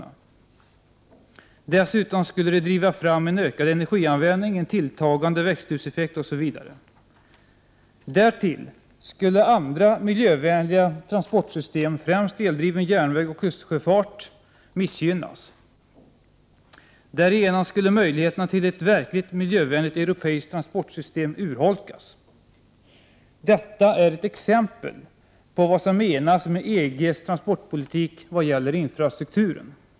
Ett förverkligande skulle dessutom driva fram en ökad energianvändning och en tilltagande växthuseffekt osv. Därtill skulle andra miljövänliga transportsystem, främst eldriven järnväg och kustsjöfart, missgynnas. Därigenom skulle möjligheterna till ett verkligt miljövänligt europeiskt transportsystem urholkas. Detta är ett exempel på vad som menas med EG:s transportpolitik i vad gäller infrastrukturen.